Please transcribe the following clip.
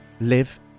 live